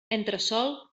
entresòl